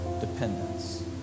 dependence